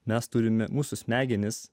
mes turime mūsų smegenis